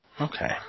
okay